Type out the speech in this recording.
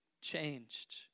changed